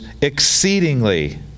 exceedingly